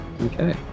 Okay